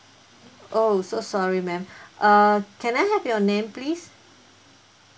oh so sorry madam uh can I have your name please